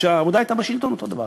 כשהעבודה הייתה בשלטון אותו דבר,